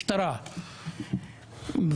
שהוא גם שר במשרד הביטחון בצלאל סמוטריץ',